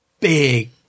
big